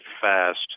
fast